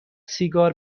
سیگار